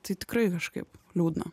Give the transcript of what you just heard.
tai tikrai kažkaip liūdna